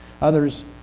others